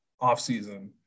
offseason